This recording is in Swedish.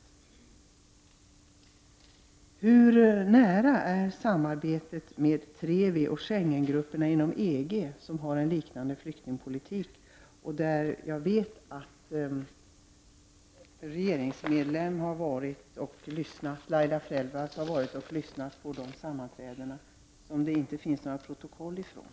Hur nära är samarbetet med TREVI och Shengenggrupperna inom EG, som har en liknande flyktingpolitik? Jag vet att en regeringsledamot, Laila Freivalds, har varit och lyssnat på dessa sammanträden, som det inte finns några protokoll från.